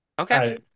Okay